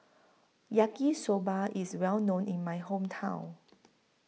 Yaki Soba IS Well known in My Hometown